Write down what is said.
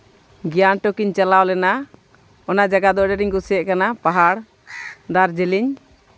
ᱜᱮᱝᱴᱚᱠ ᱤᱧ ᱪᱟᱞᱟᱣ ᱞᱮᱱᱟ ᱚᱱᱟ ᱡᱟᱭᱜᱟ ᱫᱚ ᱟᱹᱰᱤ ᱟᱸᱴᱤᱧ ᱠᱩᱥᱤᱭᱟᱜ ᱠᱟᱱᱟ ᱯᱟᱦᱟᱲ ᱫᱟᱨᱡᱤᱞᱤᱝ